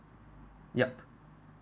yup